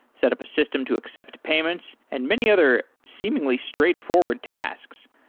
set up a system to accept payments and many other seemingly straightforward tasks.